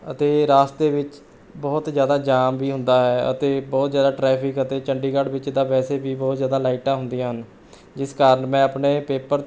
ਅਤੇ ਰਸਤੇ ਵਿੱਚ ਬਹੁਤ ਜ਼ਿਆਦਾ ਜ਼ਾਮ ਵੀ ਹੁੰਦਾ ਹੈ ਅਤੇ ਬਹੁਤ ਜ਼ਿਆਦਾ ਟਰੈਫਿਕ ਅਤੇ ਚੰਡੀਗੜ੍ਹ ਵਿੱਚ ਤਾਂ ਵੈਸੇ ਵੀ ਬਹੁਤ ਜ਼ਿਆਦਾ ਲਾਈਟਾਂ ਹੁੰਦੀਆਂ ਹਨ ਜਿਸ ਕਾਰਨ ਮੈਂ ਆਪਣੇ ਪੇਪਰ